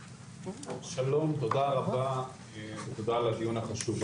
שלום ותודה רבה, תודה על הדיון החשוב.